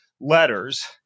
letters